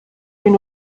den